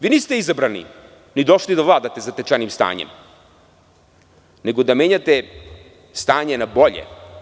Vi niste izabrani ni došli da vladate zatečenim stanje, nego da menjate stanje na bolje.